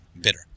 bitter